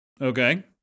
Okay